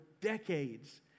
decades